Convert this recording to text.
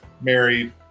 Married